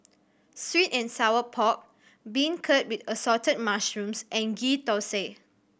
sweet and sour pork beancurd with Assorted Mushrooms and Ghee Thosai